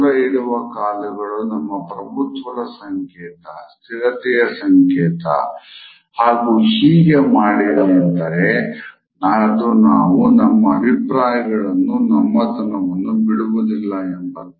ದೂರ ಇಡುವ ಕಾಲುಗಳು ನಮ್ಮ ಪ್ರಭುತ್ವದ ಸಂಕೇತ ಸ್ಥಿರತೆಯ ಸಂಕೇತ ಹಾಗು ಹೀಗೆ ಮಾಡಿ ನಿಂತರೆ ಅದು ನಾವು ನಮ್ಮ ಅಭಿಪ್ರಾಯಗಳನ್ನು ನಮ್ಮತನವನ್ನು ಬಿಡುವುದಿಲ್ಲ ಎಂಬರ್ಥ